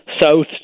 south